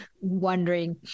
wondering